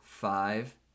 Five